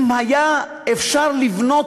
אם היה אפשר לבנות